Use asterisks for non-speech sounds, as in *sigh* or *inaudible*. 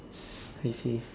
*breath* I see